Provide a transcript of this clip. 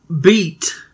beat